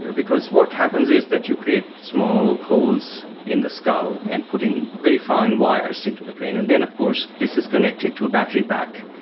because what happens is that you create small holes in the skull and put in very fine wires into the brain, and then of course this is connected to a battery pack,